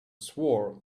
swore